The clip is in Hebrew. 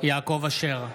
יעקב אשר,